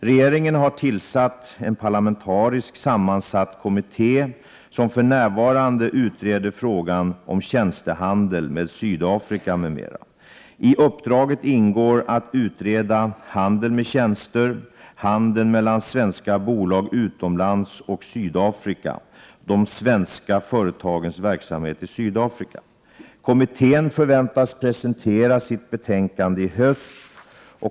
Regeringen har tillsatt en å : OR SR i kortsavtal med visst parlamentariskt sammansatt kommitté som för närvarande utreder frågan Ör oljeföretag om tjänstehandel med Sydafrika m.m. I uppdraget ingår att utreda Kommittén förväntas presentera sitt betänkande i höst.